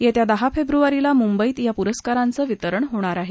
येत्या दहा फेब्रुवारीला मुंबईत या पुरस्कारांचं वितरण होणार आहे